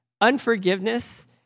unforgiveness